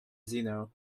zeno